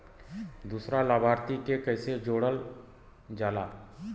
दूसरा लाभार्थी के कैसे जोड़ल जाला?